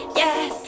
yes